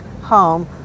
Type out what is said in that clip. home